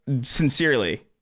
sincerely